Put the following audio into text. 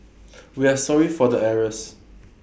we are sorry for the errors